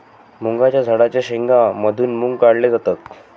मुगाच्या झाडाच्या शेंगा मधून मुग काढले जातात